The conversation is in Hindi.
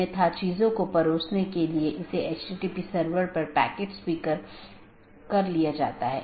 गम्यता रीचैबिलिटी की जानकारी अपडेट मेसेज द्वारा आदान प्रदान की जाती है